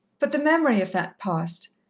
but the memory of that past,